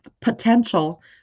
potential